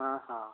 ହଁ ହଁ